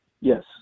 Yes